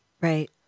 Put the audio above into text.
Right